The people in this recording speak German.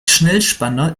schnellspanner